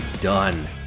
done